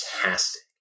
fantastic